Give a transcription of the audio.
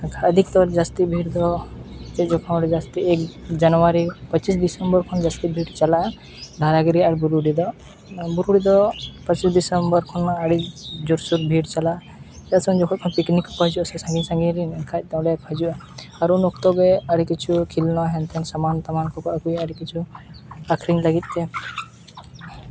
ᱟᱹᱰᱤ ᱛᱚᱨ ᱡᱟᱹᱥᱛᱤ ᱵᱷᱤᱲ ᱫᱚ ᱪᱮᱫ ᱡᱚᱠᱷᱚᱱ ᱡᱟᱹᱥᱛᱤ ᱡᱟᱹᱱᱩᱣᱟᱨᱤ ᱯᱚᱸᱪᱤᱥ ᱰᱤᱥᱮᱢᱵᱚᱨ ᱠᱷᱚᱱ ᱡᱟᱹᱥᱛᱤ ᱵᱷᱤᱲ ᱪᱟᱞᱟᱜᱼᱟ ᱫᱷᱟᱨᱟ ᱜᱤᱨᱤ ᱟᱨ ᱵᱩᱨᱩᱰᱤ ᱫᱚ ᱚᱱᱟ ᱵᱩᱨᱩ ᱨᱮᱫᱚ ᱯᱚᱸᱪᱤᱥᱮ ᱰᱤᱥᱮᱢᱵᱚᱨ ᱠᱷᱚᱱᱟᱜ ᱟᱹᱰᱤ ᱡᱳᱨᱥᱳᱨ ᱵᱷᱤᱲ ᱪᱟᱞᱟᱜᱼᱟ ᱪᱮᱫᱟᱜ ᱥᱮ ᱩᱱ ᱡᱚᱠᱷᱚᱱ ᱠᱷᱚᱱ ᱯᱤᱠᱱᱤᱠ ᱠᱚᱠᱚ ᱦᱤᱡᱩᱜᱼᱟ ᱥᱟᱺᱜᱤᱧ ᱥᱟᱺᱜᱤᱧ ᱨᱮᱱ ᱮᱱᱠᱷᱟᱱ ᱫᱚ ᱚᱸᱰᱮ ᱠᱚ ᱦᱤᱡᱩᱜᱼᱟ ᱟᱨ ᱩᱱ ᱚᱠᱛᱚ ᱜᱮ ᱟᱹᱰᱤ ᱠᱤᱪᱷᱩ ᱠᱷᱮᱞᱱᱟ ᱦᱮᱱᱛᱮᱱ ᱥᱟᱢᱟᱱ ᱛᱟᱢᱟᱱ ᱠᱚ ᱠᱚ ᱟᱹᱜᱩᱭᱟ ᱟᱹᱰᱤ ᱠᱤᱪᱷᱩ ᱟᱹᱠᱷᱨᱤᱧ ᱞᱟᱹᱜᱤᱫᱛᱮ